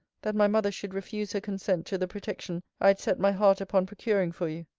that my mother should refuse her consent to the protection i had set my heart upon procuring for you.